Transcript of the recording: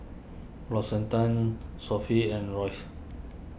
L'Occitane Sofy and Royce